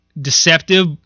Deceptive